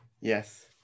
Yes